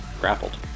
Grappled